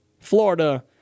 florida